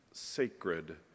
sacred